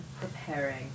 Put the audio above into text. Preparing